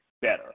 better